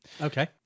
Okay